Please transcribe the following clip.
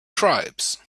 tribes